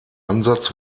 ansatz